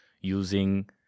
using